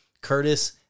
Curtis